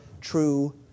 true